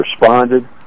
responded